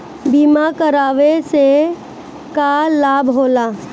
बीमा करावे से का लाभ होला?